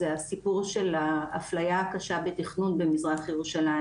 זה הסיפור של האפליה הקשה בתכנון במזרח ירושלים,